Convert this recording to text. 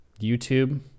YouTube